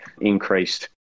increased